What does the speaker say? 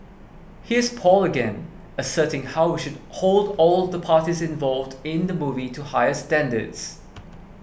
here's Paul again asserting how we should hold all the parties involved in the movie to higher standards